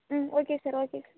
ம் okay sir okay sir